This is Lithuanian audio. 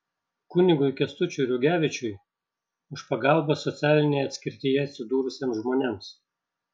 kunigui kęstučiui rugevičiui už pagalbą socialinėje atskirtyje atsidūrusiems žmonėms